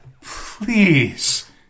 please